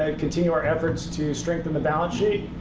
and continue our efforts to strengthen the balance sheet.